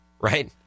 right